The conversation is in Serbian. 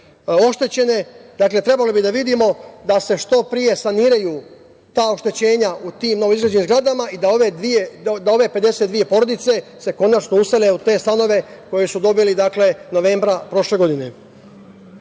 oštećene. Dakle, trebalo bi da vidimo da se što pre saniraju ta oštećenja u tim novoizgrađenim zgradama i da ove 52 porodice se konačno usele u te stanove koje su dobili novembra prošle godine. Želim